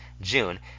June